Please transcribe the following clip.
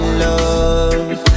love